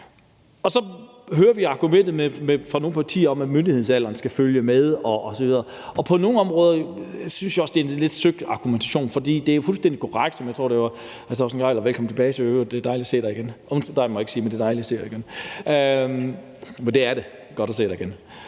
Så hører vi argumentet fra nogle partier om det med, at myndighedsalderen skal følge med ned, og på nogle områder synes jeg også, det er en lidt søgt argumentation. For det er fuldstændig korrekt, som jeg tror det var hr. Torsten Gejl der sagde – og velkommen tilbage i øvrigt, det er dejligt at se dig igen, undskyld, »dig« må jeg ikke